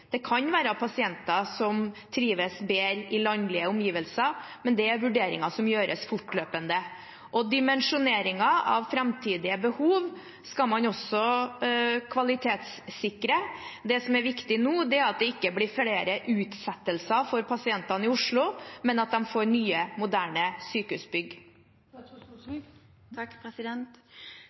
Det kan være pasienter som trives bedre i landlige omgivelser, men det er vurderinger som gjøres fortløpende. Dimensjoneringen av framtidige behov skal man også kvalitetssikre. Det som er viktig nå, er at det ikke blir flere utsettelser for pasientene i Oslo, men at de får nye, moderne